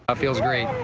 ah feels great.